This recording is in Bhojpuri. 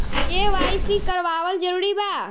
के.वाइ.सी करवावल जरूरी बा?